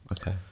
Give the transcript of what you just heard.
Okay